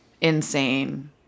Insane